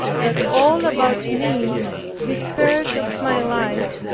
that all about me despaired of my life,